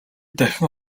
дахин